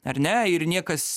ar ne ir niekas